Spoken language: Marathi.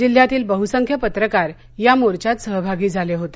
जिल्हयातील बह्संख्य पत्रकार या मोर्चात सहभागी झाले होते